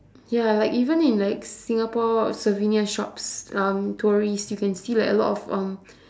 ya like even in like singapore souvenir shops um tourists you can see like a lot of um